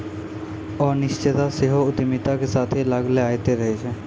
अनिश्चितता सेहो उद्यमिता के साथे लागले अयतें रहै छै